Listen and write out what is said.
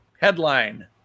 headline